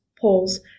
polls